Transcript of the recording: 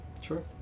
Sure